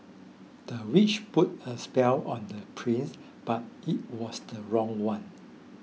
the witch put a spell on the prince but it was the wrong one